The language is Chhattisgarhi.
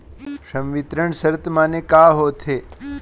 संवितरण शर्त माने का होथे?